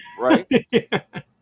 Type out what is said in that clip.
right